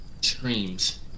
Screams